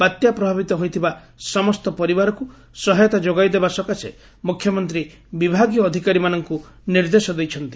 ବାତ୍ୟା ପ୍ରଭାବିତ ହୋଇଥିବା ସମସ୍ତ ପରିବାରକୁ ସହାୟତା ଯୋଗାଇ ଦେବା ସକାଶେ ମୁଖ୍ୟମନ୍ତୀ ବିଭାଗୀୟ ଅଧିକାରୀମାନଙ୍କୁ ନିର୍ଦ୍ଦେଶ ଦେଇଛନ୍ତି